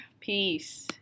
Peace